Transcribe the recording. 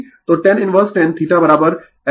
तो tan inverse tan θLω 1ωCR